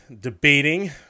debating